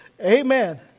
amen